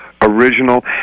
Original